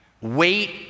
Wait